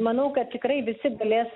manau kad tikrai visi galės